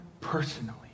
personally